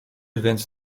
więc